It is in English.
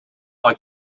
like